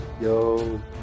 Yo